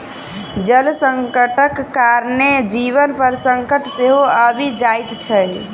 जल संकटक कारणेँ जीवन पर संकट सेहो आबि जाइत छै